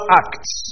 acts